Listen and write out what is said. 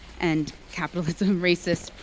and capitalism, racist,